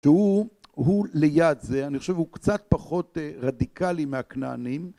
התיאור הוא ליד זה, אני חושב שהוא קצת פחות רדיקלי מהקנענים